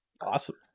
Awesome